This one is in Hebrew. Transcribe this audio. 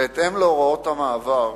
בהתאם להוראות המעבר,